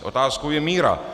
Otázkou je míra.